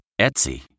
Etsy